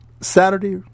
Saturday